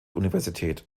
universität